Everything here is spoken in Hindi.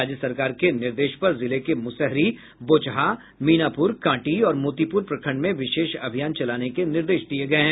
राज्य सरकार के निर्देश पर जिले के मुसहरी बोचहां मीनापुर कांटी और मोतिपुर प्रखंड में विशेष अभियान चलाने के निर्देश दिये गये हैं